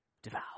Devour